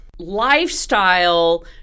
Lifestyle